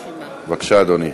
בבקשה, אדוני.